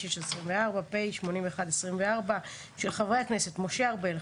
(פ/2796/24) (פ/81/24) של חברי הכנסת משה ארבל,